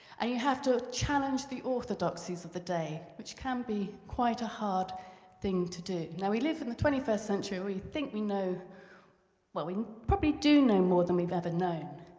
and you have to challenge the orthodoxies of the day, which can be quite a hard thing to do. now, we live in the twenty first century we think we know well, we probably do know more than we've ever known,